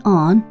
on